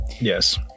Yes